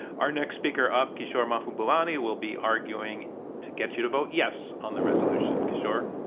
our next speaker up, kishore mahbubani, will be arguing to get you to vote yes on the resolution. kishore?